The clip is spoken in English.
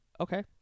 okay